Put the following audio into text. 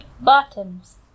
Bottoms